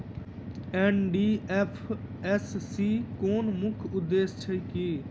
NDFSC केँ मुख्य उद्देश्य की छैक?